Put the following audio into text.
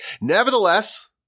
Nevertheless